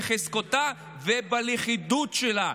בחוזקתה ובלכידות שלה.